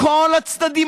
מכל הצדדים,